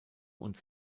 und